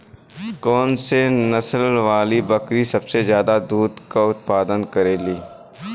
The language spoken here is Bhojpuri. कौन से नसल वाली बकरी सबसे ज्यादा दूध क उतपादन करेली?